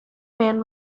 man